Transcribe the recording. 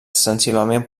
sensiblement